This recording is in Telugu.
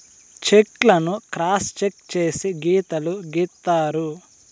చెక్ లను క్రాస్ చెక్ చేసి గీతలు గీత్తారు